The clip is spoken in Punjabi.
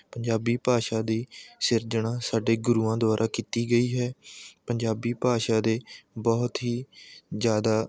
ਪੰਜਾਬੀ ਭਾਸ਼ਾ ਦੀ ਸਿਰਜਣਾ ਸਾਡੇ ਗੁਰੂਆਂ ਦੁਆਰਾ ਕੀਤੀ ਗਈ ਹੈ ਪੰਜਾਬੀ ਭਾਸ਼ਾ ਦੇ ਬਹੁਤ ਹੀ ਜ਼ਿਆਦਾ